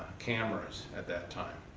camera at that time.